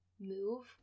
move